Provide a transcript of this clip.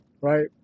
right